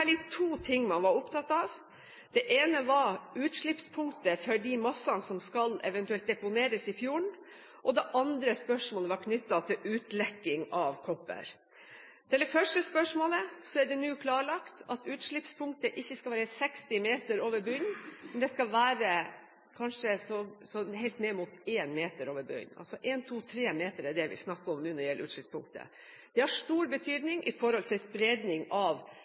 utslippspunktet for de massene som eventuelt skal deponeres i fjorden, og det andre var spørsmålet knyttet til utlekking av kopper. Til det første spørsmålet er det nå klarlagt at utslippspunktet ikke skal være 60 meter over bunnen, men det skal være kanskje helt ned mot 1 meter over bunnen. Vi snakker nå om 1–3 meter når det gjelder utslippspunktet. Det har stort betydning for spredning av partikler osv. i sjøen. Det stiller saken i et helt annet lys. Det andre spørsmålet vi har stilt, var knyttet til utlekking av